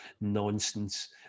nonsense